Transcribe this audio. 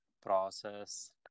process